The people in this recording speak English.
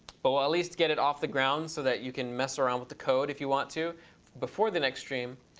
but we'll at least get it off the ground so that you can mess around with the code if you want to before the next stream,